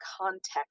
context